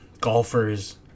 golfers